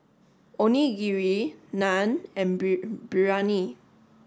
Onigiri Naan and Biryani